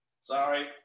Sorry